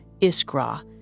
Iskra